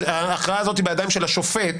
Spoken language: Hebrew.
ההכרעה הזאת היא בידיים של השופט.